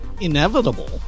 inevitable